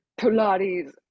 Pilates